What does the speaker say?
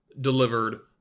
delivered